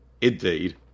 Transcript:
Indeed